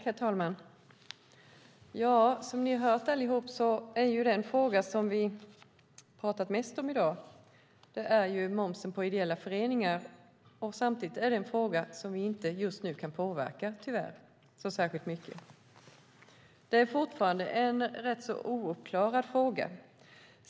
Herr talman! Som ni har hört allihop är den fråga som vi pratat mest om i dag momsen för ideella föreningar. Samtidigt är det en fråga som vi tyvärr inte kan påverka så särskilt mycket just nu. Det är fortfarande en ganska ouppklarad fråga.